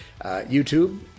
YouTube